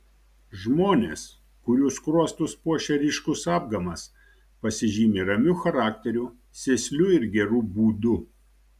žmonės kurių skruostus puošia ryškus apgamas pasižymi ramiu charakteriu sėsliu ir geru būdu